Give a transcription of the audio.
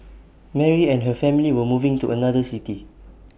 Mary and her family were moving to another city